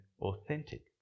authentic